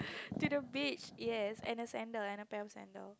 to the beach yes and a sandal and a pair of sandal